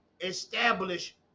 establish